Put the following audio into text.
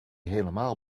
helemaal